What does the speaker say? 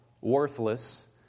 worthless